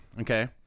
Okay